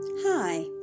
Hi